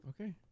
Okay